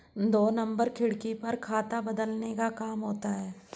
दो नंबर खिड़की पर खाता बदलने का काम होता है